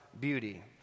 beauty